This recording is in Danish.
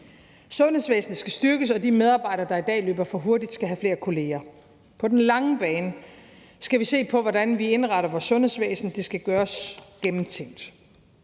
Sundhedsvæsenet skal styrkes, og de medarbejdere, der i dag løber for hurtigt, skal have flere kolleger. Kl. 09:26 På den lange bane skal vi se på, hvordan vi indretter vores sundhedsvæsen. Det skal gøres gennemtænkt.